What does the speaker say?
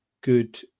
good